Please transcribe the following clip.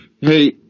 Hey